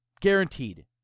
Guaranteed